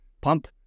pump